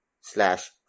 slash